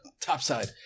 topside